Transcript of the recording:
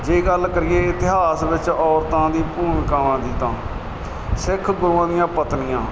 ਜੇ ਗੱਲ ਕਰੀਏ ਇਤਿਹਾਸ ਵਿੱਚ ਔਰਤਾਂ ਦੀ ਭੂਮਿਕਾਵਾਂ ਦੀ ਤਾਂ ਸਿੱਖ ਗੁਰੂਆਂ ਦੀਆਂ ਪਤਨੀਆਂ